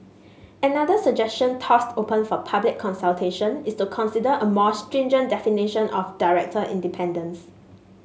another suggestion tossed open for public consultation is to consider a more stringent definition of director independence